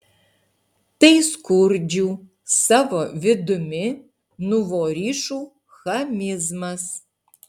tai skurdžių savo vidumi nuvorišų chamizmas